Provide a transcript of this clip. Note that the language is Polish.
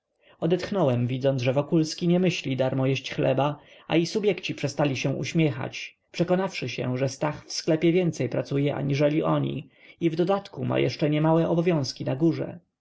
obroty odetchnąłem widząc że wokulski nie myśli darmo jeść chleba a i subjekci przestali się uśmiechać przekonawszy się że stach w sklepie więcej pracuje niż oni i w dodatku ma jeszcze niemałe obowiązki na górze